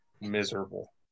miserable